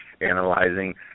analyzing